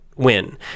Win